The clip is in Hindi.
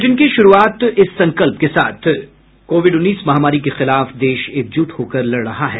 बुलेटिन की शुरूआत से पहले ये संकल्प कोविड उन्नीस महामारी के खिलाफ देश एकजुट होकर लड़ रहा है